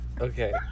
okay